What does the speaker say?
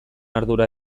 ardura